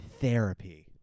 therapy